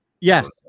Yes